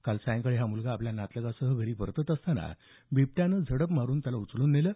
काल सायंकाळी हा मुलगा आपल्या नातलगासह घरी परतत असताना बिबट्याने झडप मारून त्याला उचलून नेलं